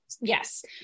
Yes